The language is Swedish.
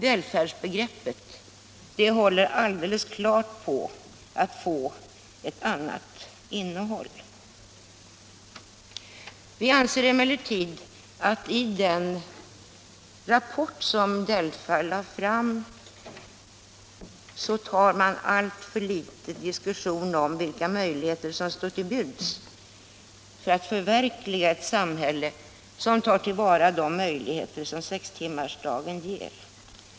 Välfärdsbegreppet håller alldeles klart på att få ett annat innehåll. Vi anser emellertid att DELFA i sin rapport alltför litet tar upp diskussionen om vilka möjligheter som står till buds för att förverkliga ett samhälle som tar till vara de möjligheter sextimmarsdagen ger.